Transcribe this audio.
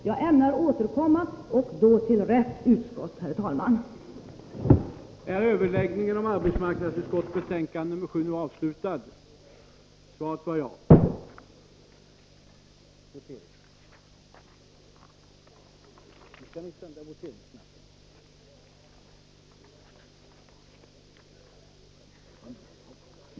Jag ämnar återkomma i frågan och kommer då, herr talman, att vända mig till rätt utskott.